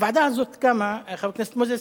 הוועדה הזאת קמה, חבר הכנסת מוזס,